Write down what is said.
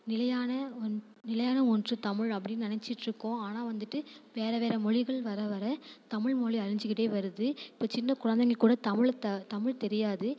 நிலையான ஒன் நிலையான ஒன்று தமிழ் அப்படின்னு நினச்சிட்ருக்கோம் ஆனால் வந்துட்டு வேறே வேறே மொழிகள் வர வர தமிழ் மொழி அழிஞ்சிக்கிட்டே வருது இப்போ சின்ன குழந்தைங்க கூட தமிழை த தமிழ் தெரியாது